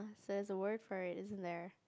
so there's a word for it isn't there